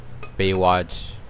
baywatch